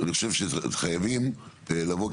אני חושב שאתם חייבים לבוא,